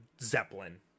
Zeppelin